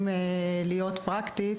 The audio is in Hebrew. אם להיות פרקטית,